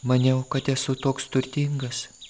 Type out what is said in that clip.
maniau kad esu toks turtingas